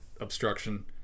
obstruction